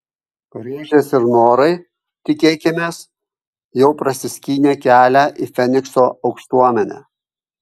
rožės ir norai tikėkimės jau prasiskynė kelią į fenikso aukštuomenę